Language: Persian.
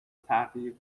تغییر